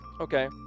Okay